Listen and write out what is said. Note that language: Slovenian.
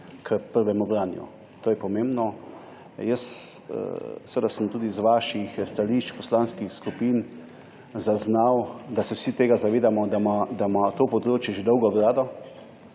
k prvemu branju. To je pomembno. Jaz sem tudi iz vaših stališč poslanskih skupin zaznal, da se vsi zavedamo, da ima to področje že dolgo brado,